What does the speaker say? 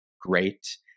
great